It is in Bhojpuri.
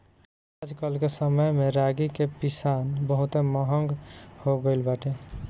आजके समय में रागी के पिसान बहुते महंग हो गइल बाटे